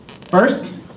First